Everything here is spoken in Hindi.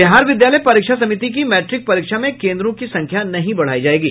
बिहार विद्यालय परीक्षा समिति की मैट्रिक परीक्षा में कोन्द्रों की संख्या नहीं बढ़ाई जायेगी